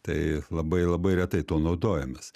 tai labai labai retai tuo naudojamės